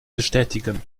bestätigen